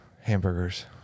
Hamburgers